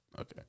okay